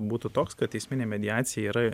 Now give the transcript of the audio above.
būtų toks kad teisminė mediacija yra